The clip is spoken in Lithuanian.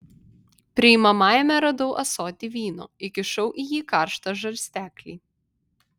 priimamajame radau ąsotį vyno įkišau į jį karštą žarsteklį